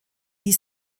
die